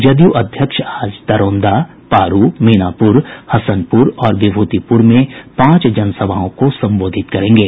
जदयू अध्यक्ष आज दरौंदा पारू मीनापूर हसनपूर और विभूतिपूर में पांच जनसभाओं को संबोधित करेंगे